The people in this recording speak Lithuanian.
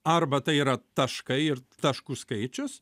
arba tai yra taškai ir taškų skaičius